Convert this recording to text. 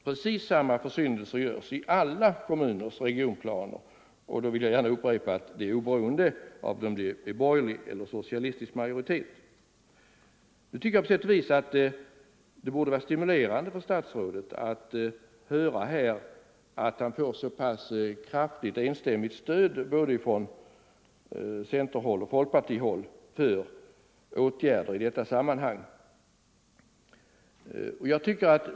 Precis samma försyndelser görs i alla kommuners regionplaner — och det vill jag gärna upprepa — oberoende av om kommunerna har borgerlig eller socialistisk majoritet. 173 På sätt och vis tycker jag att det borde vara stimulerande för statsrådet att höra att han får så pass kraftigt och enstämmigt stöd både från centerhåll och från folkpartihåll för åtgärder i detta sammanhang.